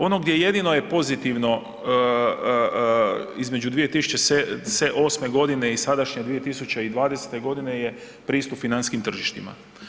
Ono gdje jedino je pozitivno između 2008. i sadašnje 2020. g. je pristup financijskim tržištima.